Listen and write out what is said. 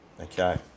Okay